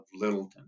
Littleton